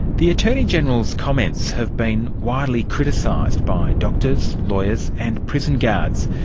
the attorney general's comments have been widely criticised by doctors, lawyers and prison guards.